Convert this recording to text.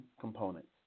components